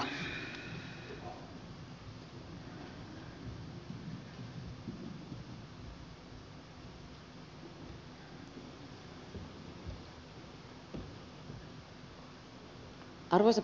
arvoisa puhemies